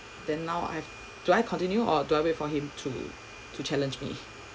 then now I do I continue or do I wait for him to me to challenge me